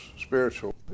spiritual